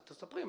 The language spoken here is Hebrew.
אז ספרי.